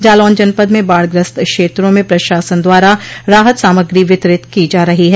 जालौन जनपद में बाढ़ ग्रस्त क्षेत्रों में प्रशासन द्वारा राहत सामग्री वितरित की जा रही है